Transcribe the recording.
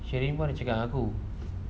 sheryn pun ada cakap dengan aku